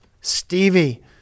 Stevie